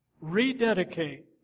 Rededicate